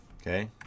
Okay